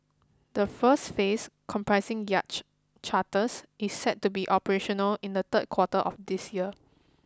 the first phase comprising yacht charters is set to be operational in the third quarter of this year